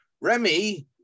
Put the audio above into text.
Remy